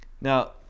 Now